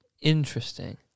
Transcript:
Interesting